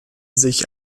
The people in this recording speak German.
sich